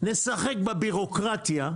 נשחק בבירוקרטיה.